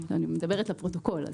אני מדברת לפרוטוקול.